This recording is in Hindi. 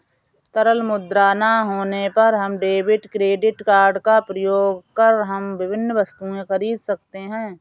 तरल मुद्रा ना होने पर हम डेबिट क्रेडिट कार्ड का प्रयोग कर हम विभिन्न वस्तुएँ खरीद सकते हैं